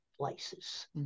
places